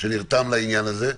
שנרתם לעניין הזה,